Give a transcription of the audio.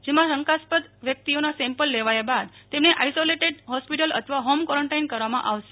જેમાં શંકાસ્પદ વ્યક્તિઓના સેમ્પલ લેવાયાબાદ તેમને આઈસોલેટેડ હોસ્પિટલ અથવા હોમ ક્વોરેન્ટાઈન કરવામાં આવશે